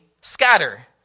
scatter